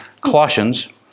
Colossians